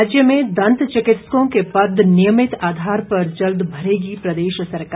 राज्य में दंत चिकित्सकों के पद नियमित आधार पर जल्द भरेगी प्रदेश सरकार